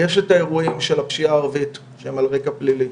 יש את האירועים של הפשיעה הערבית שהם על רקע פלילי,